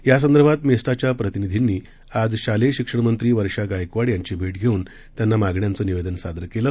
यासंदर्भात मेस्टाच्या प्रतिनिधींनी आज शालेय शिक्षणमंत्री वर्षा गायकवाड यांची भेट घेऊन त्यांना मागण्यांचं निवेदन सादर केलं